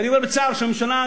ואני אומר בצער שהממשלה,